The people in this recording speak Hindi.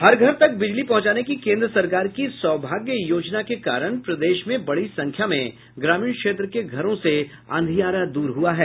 हर घर तक बिजली पहुंचाने की केंद्र सरकार की सौभाग्य योजना के कारण प्रदेश में बडी संख्या में ग्रामीण क्षेत्र के घरों से अंधियारा दूर हुआ है